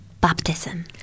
baptism